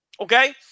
Okay